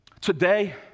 today